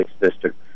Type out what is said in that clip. District